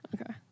okay